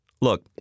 Look